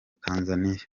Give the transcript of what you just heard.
tanzaniya